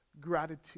gratitude